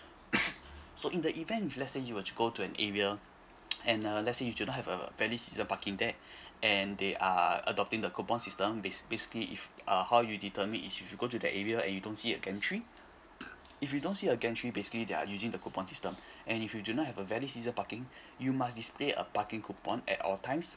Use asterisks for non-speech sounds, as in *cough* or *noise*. *coughs* so in the event if let's say you will go to an area and uh let's say you should not have uh valid season parking there and they are adopting the coupon system basi~ basically if uh how you determine if you go to that area and you don't see an entry if you don't see an entry basically they're using the coupon system and if you do not have a valid season parking you must display a parking coupon at all times